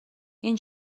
این